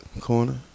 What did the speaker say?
corner